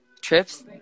trips